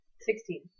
Sixteen